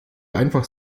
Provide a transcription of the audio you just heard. einfach